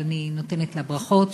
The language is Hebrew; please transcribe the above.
אבל אני נותנת לה ברכות,